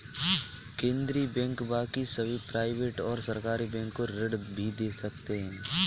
केन्द्रीय बैंक बाकी सभी प्राइवेट और सरकारी बैंक को ऋण भी दे सकते हैं